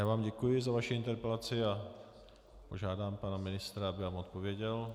A já vám děkuji za vaši interpelaci a požádám pana ministra, aby vám odpověděl.